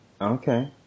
Okay